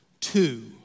two